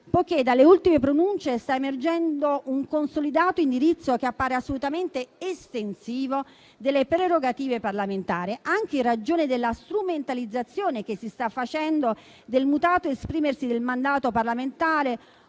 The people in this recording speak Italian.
dalle ultime pronunce sta emergendo un consolidato indirizzo che appare assolutamente estensivo delle prerogative parlamentari, anche in ragione della strumentalizzazione che si sta facendo del mutato esprimersi del mandato parlamentare,